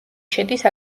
შედის